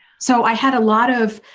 so i had a lot of,